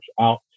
out